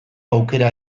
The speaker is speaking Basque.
aukera